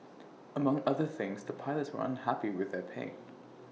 among other things the pilots were unhappy with their pay